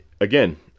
again